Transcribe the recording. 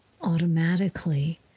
automatically